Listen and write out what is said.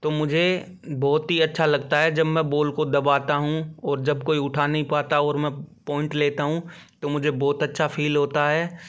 तो मुझे बहुत ही अच्छा लगता है जब मैं बोल को दबाता हूँ और जब कोई उठा नहीं पता और मैं पॉइंट लेता हूँ तो मुझे बहुत अच्छा फील होता है